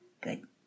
Good